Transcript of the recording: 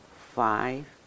five